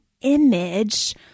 image